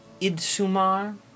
Idsumar